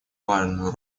важную